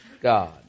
God